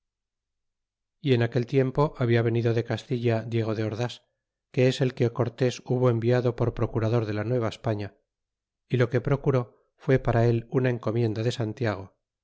y en aquel tiempo habia venido de castilla diego de ordas que es el que cortes hubo enviado por procurador de la nueva españa y lo que procuró fué para él una encomienda de santiago